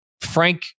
Frank